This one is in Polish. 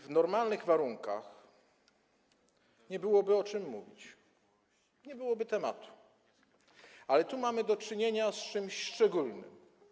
W normalnych warunkach nie byłoby o czym mówić, nie byłoby tematu, ale tu mamy do czynienia z czymś szczególnym.